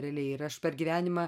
realiai ir aš per gyvenimą